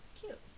Cute